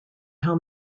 how